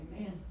Amen